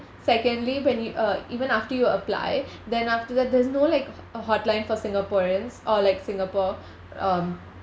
secondly when you uh even after you apply then after that there's no like uh hotline for singaporeans or like singapore um